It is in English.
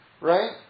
Right